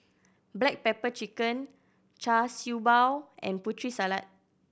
black pepper chicken Char Siew Bao and Putri Salad